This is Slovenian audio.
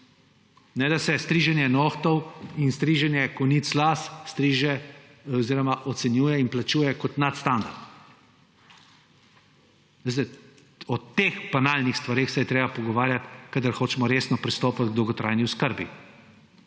Ne da se striženje nohtov in striženje konic las ocenjuje in plačuje kot nadstandard. Veste, o teh banalnih stvareh se je treba pogovarjati, kadar hočemo resno pristopiti k dolgotrajni oskrbi.